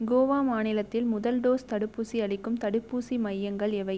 கோவா மாநிலத்தில் முதல் டோஸ் தடுப்பூசி அளிக்கும் தடுப்பூசி மையங்கள் எவை